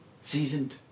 seasoned